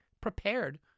prepared